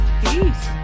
peace